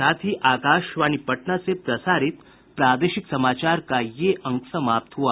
इसके साथ ही आकाशवाणी पटना से प्रसारित प्रादेशिक समाचार का ये अंक समाप्त हुआ